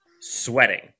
sweating